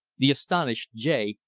the astonished jay,